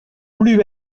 plus